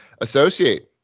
associate